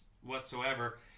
whatsoever